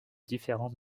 différents